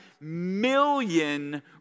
million